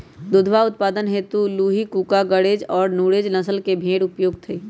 दुधवा उत्पादन हेतु लूही, कूका, गरेज और नुरेज नस्ल के भेंड़ उपयुक्त हई